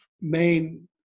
main